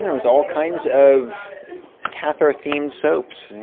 there was all kinds of catholic themed soaps,